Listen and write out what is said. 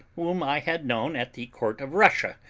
whom i had known at the court of russia,